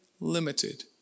limited